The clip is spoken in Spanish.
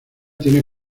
tiene